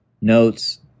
notes